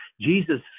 Jesus